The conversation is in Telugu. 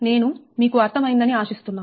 నేను మీకు అర్థమైందని ఆశిస్తున్నాను